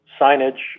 signage